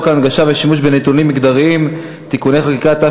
הנגשה ושימוש בנתונים מגדריים (תיקוני חקיקה),